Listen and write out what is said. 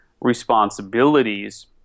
responsibilities